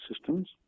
Systems